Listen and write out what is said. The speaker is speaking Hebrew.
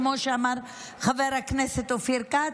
כמו שאמר חבר הכנסת אופיר כץ,